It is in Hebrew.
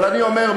אבל אני אומר,